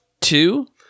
two